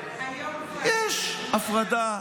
יש הפרדה,